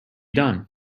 done